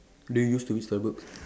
do you used to read story books